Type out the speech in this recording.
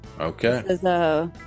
Okay